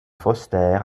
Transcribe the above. foster